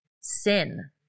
sin